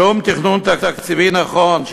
שום תכנון תקציבי נכון,